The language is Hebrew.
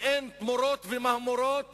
שאין בהן תמורות ומהמורות